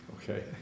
Okay